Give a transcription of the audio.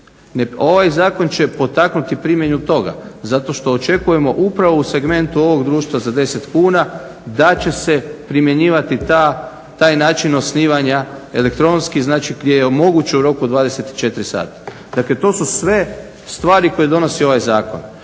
Ovaj zakon će potaknuti i primjenu toga zato što očekujemo upravo u segmentu ovog društva za 10 kuna da će se primjenjivati taj način osnivanja elektronski, znači gdje je moguće u roku od 24 sata. Dakle, to su sve stvari koje donosi ovaj zakon.